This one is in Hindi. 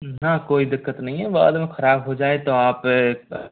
हाँ कोई दिक्कत नहीं है बाद में ख़राब हो जाए तो आप